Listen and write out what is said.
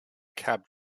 cab